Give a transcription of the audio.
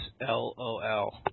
LOL